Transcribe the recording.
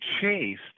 chased